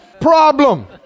problem